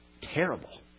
terrible